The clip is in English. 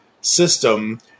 system